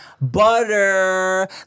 butter